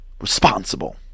Responsible